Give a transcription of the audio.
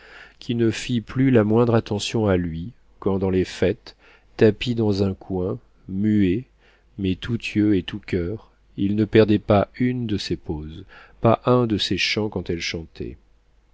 qui ne fit plus la moindre attention à lui quand dans les fêtes tapi dans un coin muet mais tout yeux et tout coeur il ne perdait pas une de ses poses pas un de ses chants quand elle chantait